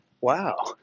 Wow